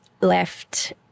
left